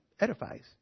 edifies